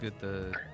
good